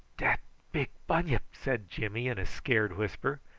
dat big bunyip, said jimmy in a scared whisper.